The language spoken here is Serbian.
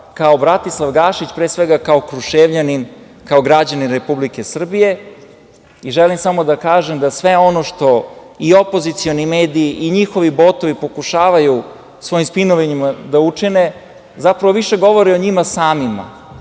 kao Bratislav Gašić, pre svega kao Kruševljanin, kao građanin Republike Srbije. Želim samo da kažem da sve ono što opozicioni mediji i njihovi botovi pokušavaju svojim spinovanjima da učine zapravo više govori o njima samima,